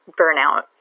burnout